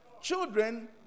Children